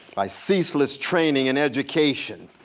by ceaseless training and education,